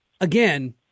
again